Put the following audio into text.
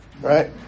right